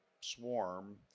swarm